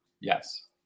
Yes